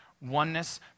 oneness